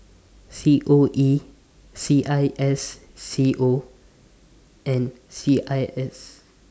C O E C I S C O and C I S